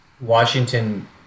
Washington